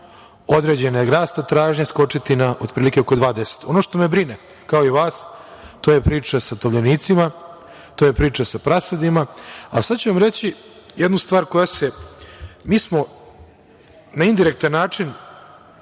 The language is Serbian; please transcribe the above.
određenog rasta tražnje skočiti na oko 2,10.Ono što me brine, kao i vas, to je priča sa tovljenicima, to je priča sa prasadima, a sada ću vam reći jednu stvar koja se… Mi smo na indirektan način